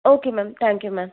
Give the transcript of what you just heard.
okay ma'am thank you ma'am